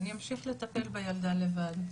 אני אמשיך לטפל בילדה לבד,